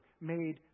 made